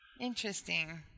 Interesting